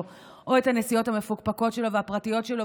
או את הנסיעות המפוקפקות והפרטיות שלו,